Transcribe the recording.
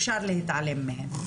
אפשר להתעלם מהן.